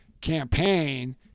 campaign